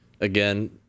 again